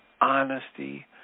honesty